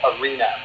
arena